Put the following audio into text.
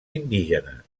indígenes